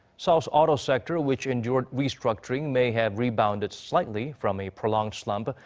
seoul's auto sector, which endured restructuring. may have rebounded slightly, from a prolonged slump.